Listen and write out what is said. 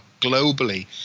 globally